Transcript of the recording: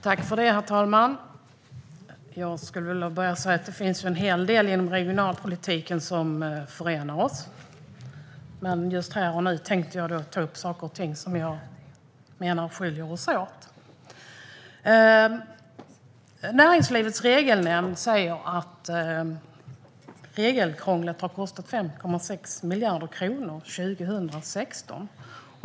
Herr talman! Jag vill börja med att säga att det finns en hel del inom regionalpolitiken som förenar oss. Men nu tänkte jag ta upp saker och ting som skiljer oss åt. Näringslivets Regelnämnd säger att regelkrånglet har kostat 5,6 miljarder kronor under 2016.